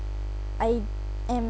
I am